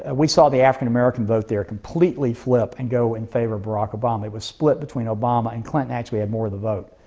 and we saw the african american vote there completely flip and go in favor of barack obama. it was split between obama and clinton actually had more of the vote.